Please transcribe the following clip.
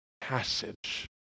passage